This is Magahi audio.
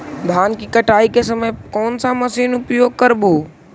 धान की कटाई के समय कोन सा मशीन उपयोग करबू?